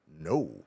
No